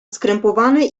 skrępowany